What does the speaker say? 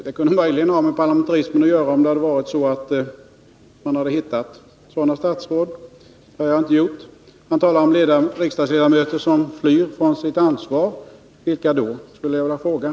Det kunde möjligen ha med parlamentarismen att göra om man hade funnit något sådant fall. Det har jag inte gjort. Han talade om regeringsledamöter som flyr från sitt ansvar — vilka då, skulle jag vilja fråga.